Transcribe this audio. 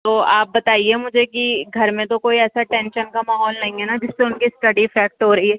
تو آپ بتائیے مجھے کہ گھر میں تو کوئی ایسا ٹینشن کا ماحول نہیں ہے نا جس سے ان کی اسٹڈی افیکٹ ہو رہی ہے